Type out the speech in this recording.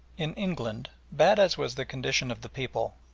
in england, bad as was the condition of the people,